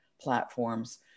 platforms